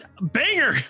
Banger